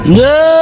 no